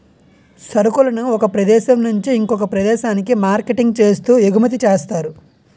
సరుకులను ఒక ప్రదేశం నుంచి ఇంకొక ప్రదేశానికి మార్కెటింగ్ చేస్తూ ఎగుమతి చేస్తారు